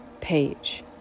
page